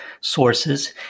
sources